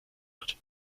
wird